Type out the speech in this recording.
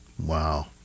Wow